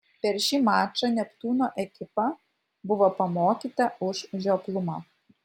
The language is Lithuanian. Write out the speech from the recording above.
per šį mačą neptūno ekipa buvo pamokyta už žioplumą